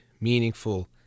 meaningful